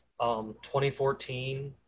2014